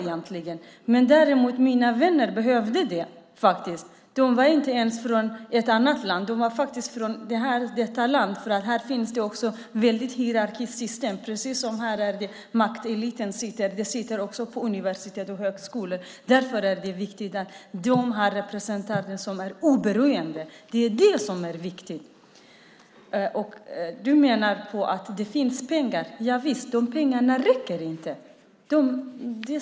Däremot behövde mina vänner det, och de var inte ens från ett annat land, utan de var från detta land. Här finns det också ett mycket hierarkiskt system. Även på universitet och högskolor finns det en maktelit. Därför är det viktigt att dessa studenter har representanter som är oberoende. Det är det som är viktigt. Lars Hjälmered menar att det finns pengar. Ja visst, men dessa pengar räcker inte.